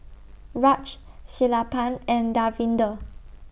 Raj Sellapan and Davinder